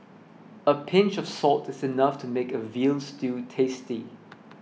a pinch of salt is enough to make a Veal Stew tasty